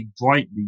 brightly